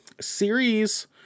series